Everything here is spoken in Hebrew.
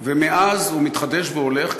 ומאז הוא מתחדש והולך,